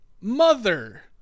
Mother